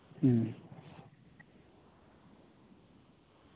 ᱦᱩᱸ